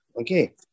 okay